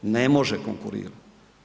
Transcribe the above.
Ne može konkurirati.